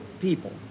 people